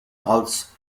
als